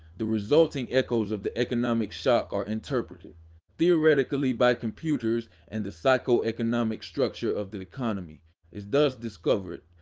the resulting echoes of the economic shock are interpreted theoretically by computers and the psycho-economic structure of the economy is thus discovered.